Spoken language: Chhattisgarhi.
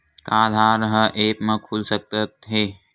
का आधार ह ऐप म खुल सकत हे?